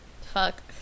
fuck